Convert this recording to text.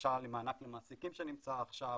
בקשה למענק למעסיקים שנמצא עכשיו,